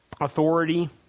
authority